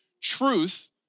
truth